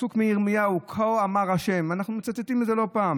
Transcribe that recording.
הפסוק מירמיהו: "כה אמר ה'" אנחנו מצטטים את זה לא פעם,